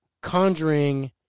Conjuring